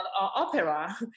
opera